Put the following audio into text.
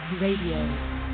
Radio